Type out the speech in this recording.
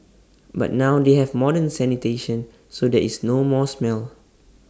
but now they have modern sanitation so there is no more smell